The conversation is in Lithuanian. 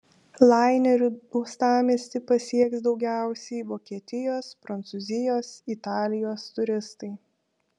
laineriu uostamiestį pasieks daugiausiai vokietijos prancūzijos italijos turistai